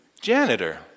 janitor